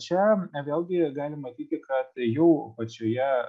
čia vėlgi galim matyti kad jau pačioje